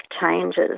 changes